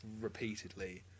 repeatedly